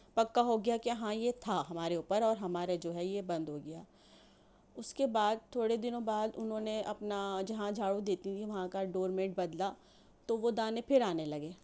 پکا ہو گیا کہ ہاں یہ تھا ہمارے اوپر اور ہمارے جو ہے یہ بند ہو گیا اس کے بعد تھوڑے دنوں بعد انہوں نے اپنا جہاں جھاڑو دیتی تھی وہاں کا ڈور میٹ بدلا تو وہ دانے پھر آنے لگے